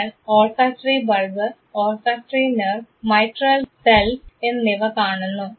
നിങ്ങൾ olfactory bulb olfactory nerve mitral cells എന്നിവ കാണുന്നു